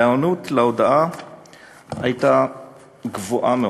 ההיענות להודעה הייתה גבוהה מאוד.